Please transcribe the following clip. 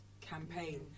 campaign